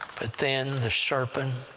but then the serpent